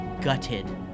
gutted